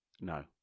No